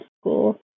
school